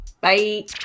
Bye